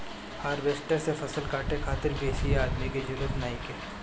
harvester से फसल काटे खातिर बेसी आदमी के जरूरत नइखे